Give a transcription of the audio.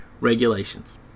regulations